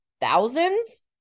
thousands